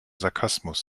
sarkasmus